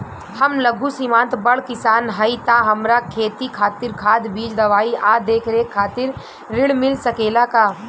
हम लघु सिमांत बड़ किसान हईं त हमरा खेती खातिर खाद बीज दवाई आ देखरेख खातिर ऋण मिल सकेला का?